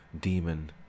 demon